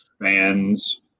fans